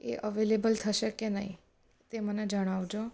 એ available થશે કે નહીં તે મને જણાવજો